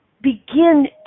begin